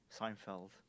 Seinfeld